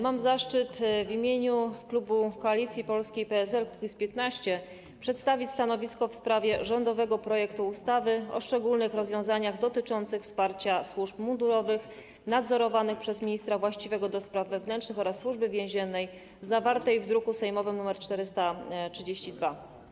Mam zaszczyt w imieniu klubu Koalicja Polska - PSL - Kukiz15 przedstawić stanowisko w sprawie rządowego projektu ustawy o szczególnych rozwiązaniach dotyczących wsparcia służb mundurowych nadzorowanych przez ministra właściwego do spraw wewnętrznych oraz Służby Więziennej, zawartego w druku sejmowym nr 432.